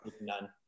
none